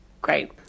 great